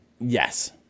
Yes